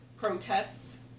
protests